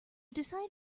decided